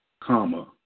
comma